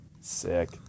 Sick